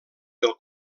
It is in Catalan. del